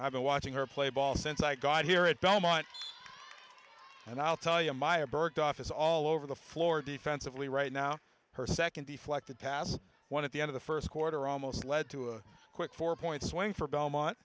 i've been watching her play ball since i got here at belmont and i'll tell you maya burked office all over the floor defensively right now her second deflected pass one at the end of the first quarter almost led to a quick four point swing for belmont